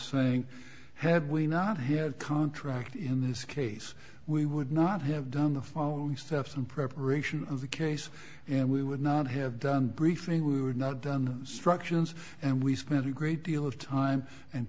saying had we not here a contract in this case we would not have done the following steps in preparation of the case and we would not have done briefing we were not the structure and we spent a great deal of time and